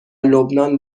لبنان